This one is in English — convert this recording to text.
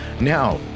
Now